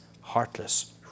heartless